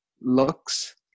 looks